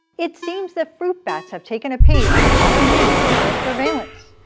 it seems that fruit bats have taken a page from modern-day military surveillance!